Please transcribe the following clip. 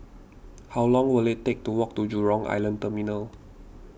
how long will it take to walk to Jurong Island Terminal